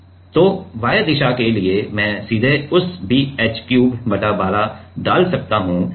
अब Y दिशा के लिए मैं सीधे उस b h क्यूब बटा 12 डाल सकता हूं